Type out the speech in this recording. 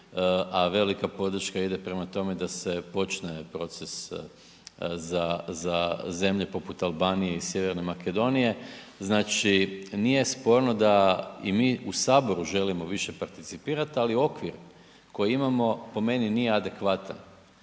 a velika podrška ide prema tome da se počne proces za zemlje poput Albanije i sjeverne Makedonije. Znači nije sporno da i mi u Saboru želimo više participirati ali okvir koji imamo po meni nije adekvatan.